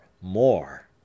more